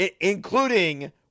including